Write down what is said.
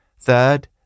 Third